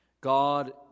God